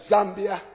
Zambia